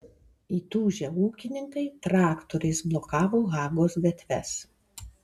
įtūžę ūkininkai traktoriais blokavo hagos gatves